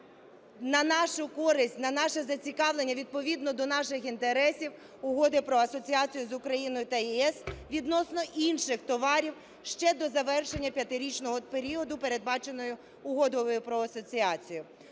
на нашу користь, на наше зацікавлення відповідно до наших інтересів Угоди про асоціацію з Україною та ЄС відносно інших товарів ще до завершення п'ятирічного періоду, передбаченою Угодою про асоціацію.